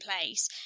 place